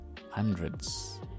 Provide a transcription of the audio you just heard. hundreds